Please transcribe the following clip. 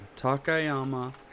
Takayama